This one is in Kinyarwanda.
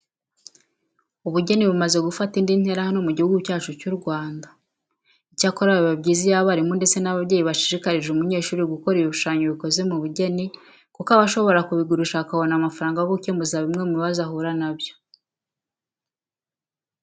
Ubugeni bumaze gufata indi ntera hano mu gihugu cyacu cy'u Rwanda. Icyakora biba byiza iyo abarimu ndetse n'ababyeyi bashishikarije umunyeshuri gukora ibishushanyo bikoze mu bugeni kuko aba ashobora kubigurisha akabona amafaranga yo gukemuza bimwe mu bibazo ahura na byo.